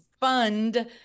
fund